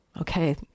okay